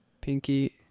pinky